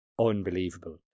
unbelievable